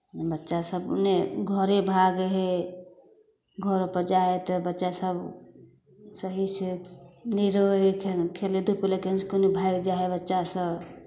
बच्चासभ नहि घरे भागै हइ घर अपन जाइ हइ तऽ बच्चासभ सहीसँ नहि रहै हइ खे खेलैते कुदैते इसकुल भागि जाइ हइ बच्चासभ